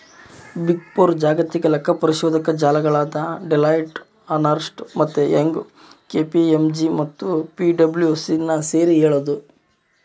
big four ಜಾಗತಿಕ ಲೆಕ್ಕಪರಿಶೋಧಕ ಜಾಲಗಳಾದ ಡೆಲಾಯ್ಟ್, ಅರ್ನ್ಸ್ಟ್ ಮತ್ತೆ ಯಂಗ್, ಕೆ.ಪಿ.ಎಂ.ಜಿ ಮತ್ತು ಪಿಡಬ್ಲ್ಯೂಸಿನ ಸೇರಿ ಹೇಳದು